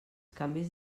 canvis